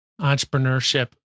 entrepreneurship